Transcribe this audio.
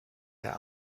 der